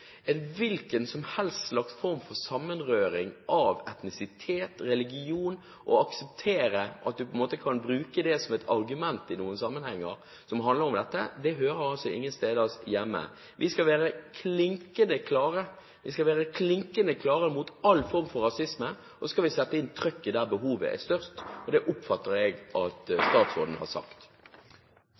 hvilken som helst slags form for sammenrøring av etnisitet og religion – å akseptere at du kan bruke det som et argument i sammenhenger som handler om dette – hører ingen steder hjemme. Vi skal være klinkende klare mot all form for rasisme, så skal vi sette inn trykket der behovet er størst, og det oppfatter jeg at statsråden har sagt